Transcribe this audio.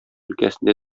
өлкәсендә